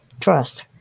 trust